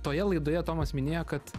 toje laidoje tomas minėjo kad